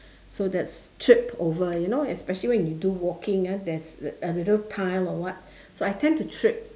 so that's tripped over you know especially when you do walking ah there's a little tile or what so I tend to trip